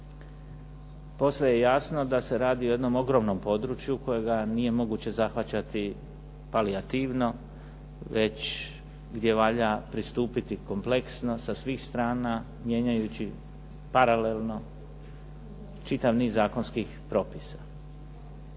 Posve je jasno da se radi o jednom ogromnom području kojega nije moguće zahvaćati palijativno, već gdje valja pristupiti kompleksno, sa svih strana, mijenjajući paralelno čitav niz zakonskih propisa.